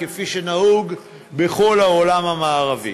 כפי שנהוג בכל העולם המערבי.